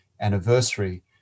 anniversary